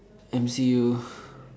M_C_U